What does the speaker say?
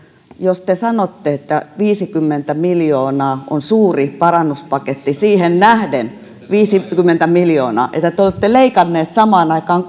jos te sanotte että viisikymmentä miljoonaa on suuri parannuspaketti siihen nähden viisikymmentä miljoonaa että te olette leikanneet samaan aikaan